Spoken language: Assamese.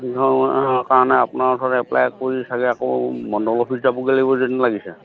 অঁ কাৰণে আপোনাৰ ওৰত এপ্লাই কৰি চাগে আকৌ মণ্ডল অফিচ যাবগৈ লাগিব যেন লাগিছে